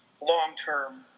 long-term